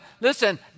listen